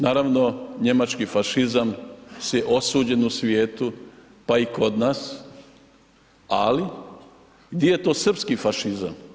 Naravno njemački fašizam je osuđen u svijetu pa i kod nas ali gdje je tu srpski fašizam?